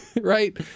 right